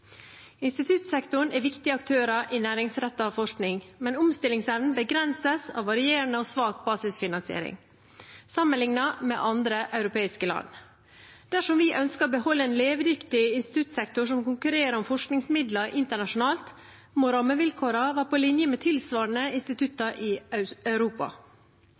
Instituttsektoren er en viktig aktør i næringsrettet forskning, men omstillingsevnen begrenses av varierende og svak basisfinansiering sammenlignet med andre europeiske land. Dersom vi ønsker å beholde en levedyktig instituttsektor som konkurrerer om forskningsmidler internasjonalt, må rammevilkårene være på linje med tilsvarende institutter i Europa.